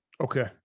Okay